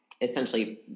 essentially